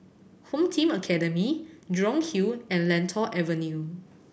Home Team Academy Jurong Hill and Lentor Avenue